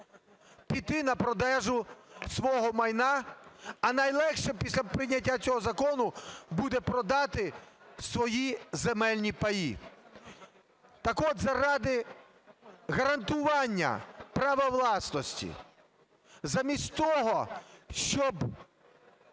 піти на продаж свого майна. А найлегше, після прийняття цього закону буде продати свої земельні паї. Так от заради гарантування права власності, замість того, щоб